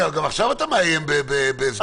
גם עכשיו אתה מאיים בסגירת הסגר.